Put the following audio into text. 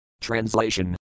Translation